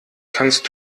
kannst